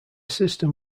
system